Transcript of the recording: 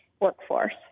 workforce